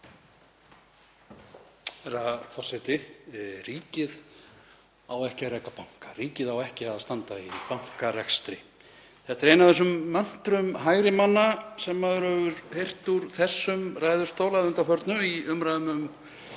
Herra forseti. Ríkið á ekki að reka banka, ríkið á ekki að standa í bankarekstri. Þetta er ein af þessum möntrum hægri manna sem maður hefur heyrt úr þessum ræðustól að undanförnu í umræðum um